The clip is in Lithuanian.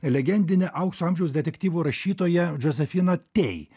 legendinė aukso amžiaus detektyvų rašytoja džozefina tei